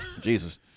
Jesus